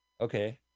Okay